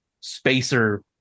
spacer